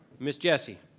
ms. jessie.